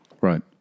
Right